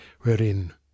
wherein